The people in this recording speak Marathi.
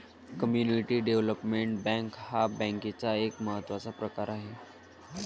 कम्युनिटी डेव्हलपमेंट बँक हा बँकेचा एक महत्त्वाचा प्रकार आहे